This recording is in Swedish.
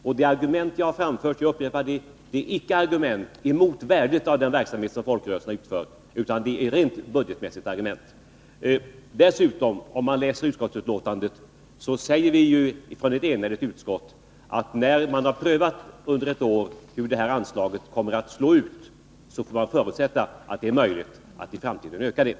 Jag upprepar vidare att de argument jag anfört icke är riktade mot värdet i den verksamhet som folkrörelserna utför, utan att de har rent budgetmässig karaktär. I betänkandet framhålls dessutom från ett enhälligt utskott att man får förutsätta att man sedan man under ett år har prövat hur anslaget slår ut kommer att ha möjlighet att i framtiden öka detta.